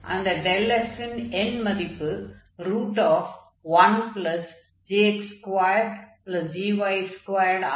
அந்த f ன் எண்மதிப்பு 1gx2gy2 ஆகும்